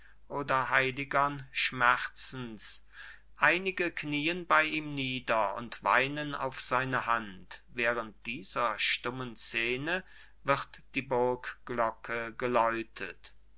oder heftigern schmerzens einige knieen bei ihm nieder und weinen auf seine hand während dieser stummen szene wird die burgglocke geläutet